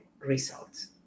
results